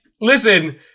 listen